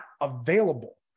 available